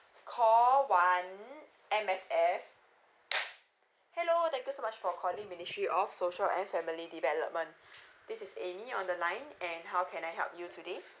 call one M_S_F hello thank you so much for calling ministry of social and family development this is amy on the line and how can I help you today